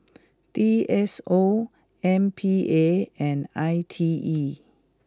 D S O M P A and I T E